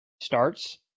starts